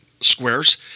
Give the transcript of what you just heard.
squares